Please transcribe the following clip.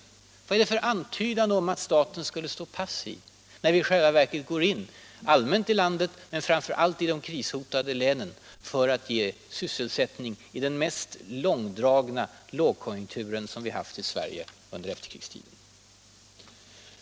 Vad är det för antydan om att staten skulle stå passiv? I själva verket går vi in i framför allt de krishotade länen för att ge sysselsättning i den mest långdragna lågkonjunktur som vi haft i Sverige under efterkrigstiden.